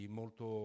molto